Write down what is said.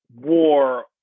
war